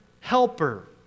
helper